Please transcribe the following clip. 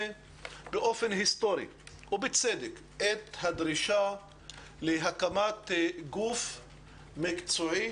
באופן היסטורי ובצדק את הדרישה להקמת גוף מקצועי